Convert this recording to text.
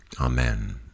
Amen